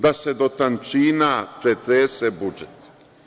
Da se do tančina pretrese budžet.